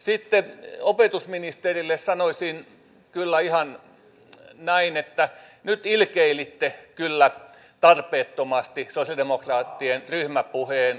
sitten opetusministerille sanoisin kyllä ihan näin että nyt ilkeilitte tarpeettomasti sosialidemokraattien ryhmäpuheen kohdalla